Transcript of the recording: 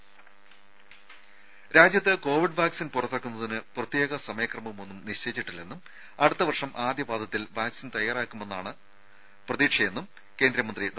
ദേശ രാജ്യത്ത് Covid vaccine പുറത്തിറക്കുന്നതിന് പ്രത്യേക സമയക്രമമൊന്നും നിശ്ചയിച്ചിട്ടില്ലെന്നും അടുത്ത വർഷം ആദ്യപാദത്തിൽ വാക്സിൻ തയാറായേക്കുമെന്നാണ് പ്രതീക്ഷയെന്നും കേന്ദ്രമന്ത്രി ഡോ